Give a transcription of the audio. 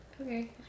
Okay